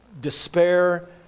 despair